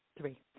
Three